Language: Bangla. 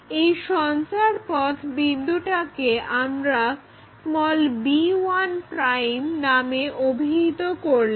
এই সঞ্চারপথ বিন্দুটাকে আমরা b1 নামে অভিহিত করলাম